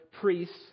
priests